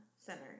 Center